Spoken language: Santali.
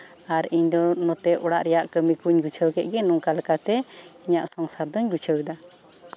ᱟᱨ ᱤᱧ ᱫᱚ ᱱᱚᱛᱮ ᱚᱲᱟᱜ ᱨᱮᱭᱟᱜ ᱠᱟᱹᱢᱤ ᱠᱚᱧ ᱜᱩᱪᱷᱟᱹᱣ ᱠᱮᱫ ᱜᱮ ᱱᱚᱝᱠᱟ ᱞᱮᱠᱟᱛᱮ ᱤᱧᱟᱹᱜ ᱥᱚᱝᱥᱟᱨ ᱫᱩᱧ ᱜᱩᱪᱷᱟᱹᱣ ᱮᱫᱟ